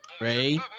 Ray